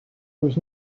was